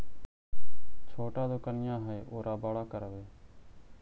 छोटा दोकनिया है ओरा बड़ा करवै?